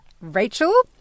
Rachel